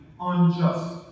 unjust